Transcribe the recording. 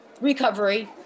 recovery